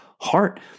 heart